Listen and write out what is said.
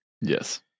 Yes